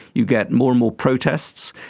you get more and more protests,